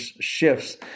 shifts